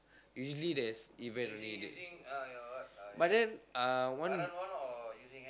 usually there's event only day but then uh one